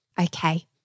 Okay